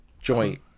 joint